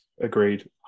Agreed